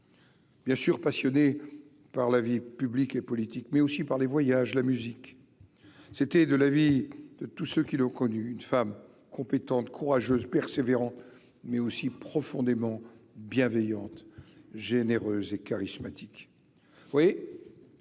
Bien sûr, passionné par la vie publique et politique, mais aussi par les voyages, la musique, c'était de la vie de tous ceux qui l'ont connu une femme compétente, courageuse, persévérant, mais aussi profondément bienveillante généreuse et charismatiques, oui vous